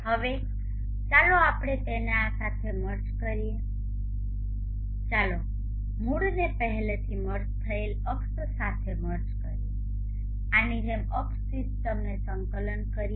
હવે ચાલો આપણે તેને આ સાથે મર્જ કરીએ ચાલો મૂળને પહેલાથી મર્જ થયેલ અક્ષ સાથે મર્જ કરીએ આની જેમ અક્ષ સિસ્ટમને સંકલન કરીએ